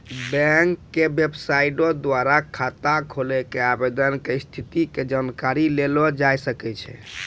bank के बेबसाइटो द्वारा खाता खोलै के आवेदन के स्थिति के जानकारी लेलो जाय सकै छै